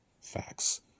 facts